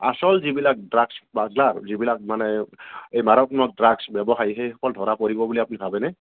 আচল যিবিলাক drugs smuggler যিবিলাক মানে এই মাৰাত্মক ড্ৰাগছ ব্যৱসায়ী সেইসকল ধৰা পৰিব বুলি আপুনি ভাৱেনে